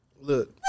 Look